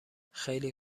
خیلی